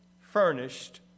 furnished